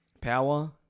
Power